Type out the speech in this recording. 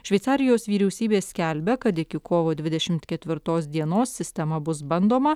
šveicarijos vyriausybė skelbia kad iki kovo dvidešimt ketvirtos dienos sistema bus bandoma